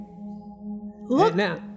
Look